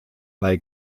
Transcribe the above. bei